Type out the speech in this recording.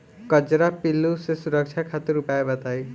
कजरा पिल्लू से सुरक्षा खातिर उपाय बताई?